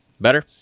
Better